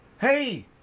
Hey